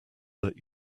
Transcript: that